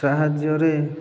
ସାହାଯ୍ୟରେ